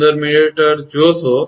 615 𝑚 જોશો